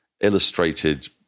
illustrated